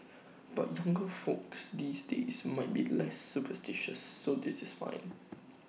but younger folks these days might be less superstitious so this is fine